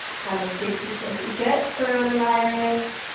how to treat people who get coronavirus.